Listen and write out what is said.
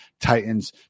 Titans